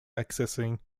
accessing